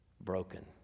broken